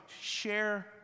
share